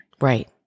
Right